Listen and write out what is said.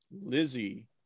Lizzie